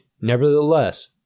Nevertheless